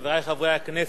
חברי חברי הכנסת,